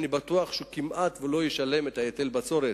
אני בטוח שכמעט לא ישלם את היטל הבצורת.